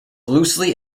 loosely